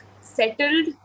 settled